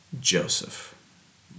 Joseph